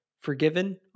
forgiven